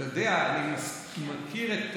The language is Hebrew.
אתה יודע, אני מכיר את